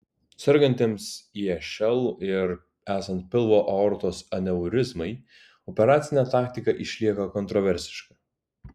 sergantiems išl ir esant pilvo aortos aneurizmai operacinė taktika išlieka kontraversiška